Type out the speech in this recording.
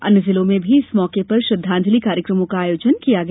अन्य जिलों में भी इस मौके पर श्रद्धांजलि कार्यक्रमों का आयोजन किया गया